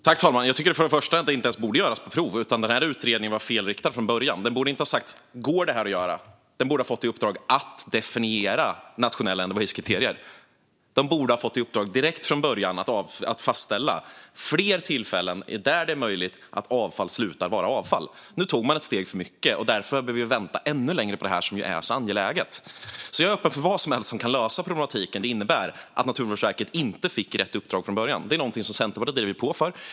Fru talman! Jag tycker först och främst att detta inte ens borde göras på prov. Utredningen var felriktad från början. Den borde inte ha handlat om huruvida detta går att göra. Man borde ha fått i uppdrag att definiera nationella end of waste-kriterier. Man borde från början ha fått i uppdrag att fastställa fler tillfällen där det är möjligt att avfall slutar vara avfall. Nu tog man ett steg för mycket. Därför behöver vi vänta ännu längre på detta, som är så angeläget. Jag är öppen för vad som helst som kan lösa den problematik som det innebär att Naturvårdsverket inte fick rätt uppdrag från början. Det är något som Centerpartiet har drivit.